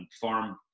farm